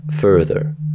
further